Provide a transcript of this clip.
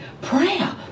Prayer